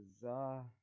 bizarre